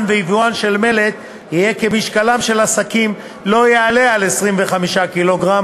ויבואן של מלט יהיה כי משקלם של השקים לא יעלה על 25 קילוגרם,